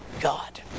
God